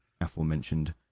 aforementioned